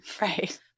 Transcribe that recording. right